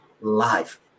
life